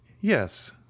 yes